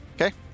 okay